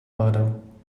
puddle